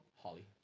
Holly